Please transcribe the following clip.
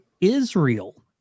Israel